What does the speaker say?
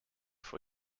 for